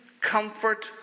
comfort